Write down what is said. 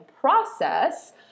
process